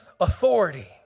authority